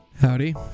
Howdy